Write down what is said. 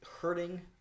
hurting